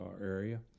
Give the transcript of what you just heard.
area